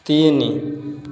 ତିନି